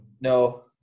No